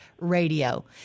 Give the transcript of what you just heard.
radio